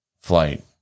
flight